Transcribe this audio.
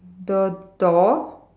the door